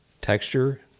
Texture